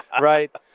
right